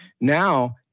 Now